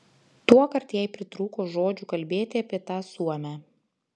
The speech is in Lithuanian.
tuokart jai pritrūko žodžių kalbėti apie tą suomę